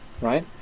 right